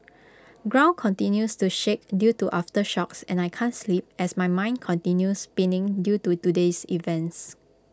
ground continues to shake due to aftershocks and I can't sleep as my mind continue spinning due to today's events